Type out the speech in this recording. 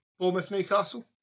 Bournemouth-Newcastle